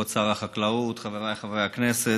כבוד שר החקלאות, חבריי חברי הכנסת,